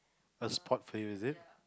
a sport is it